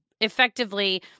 effectively